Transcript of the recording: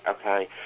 okay